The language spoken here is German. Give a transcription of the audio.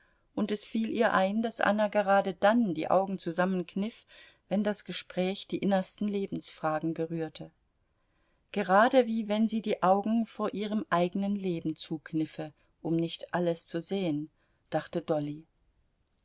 und es fiel ihr ein daß anna gerade dann die augen zusammenkniff wenn das gespräch die innersten lebensfragen berührte gerade wie wenn sie die augen vor ihrem eigenen leben zukniffe um nicht alles zu sehen dachte dolly